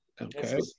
Okay